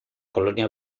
colonia